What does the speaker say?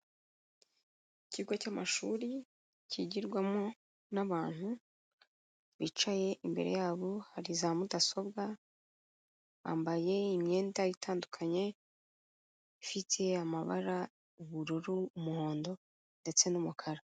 Ikigo cy'amashuri kigirwamo n'abantu, bicaye imbere yabo hari za mudasobwa, bambaye imyenda itandukanye, ifite amabara: ubururu, umuhondo ndetse n'umukara.